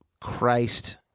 Christ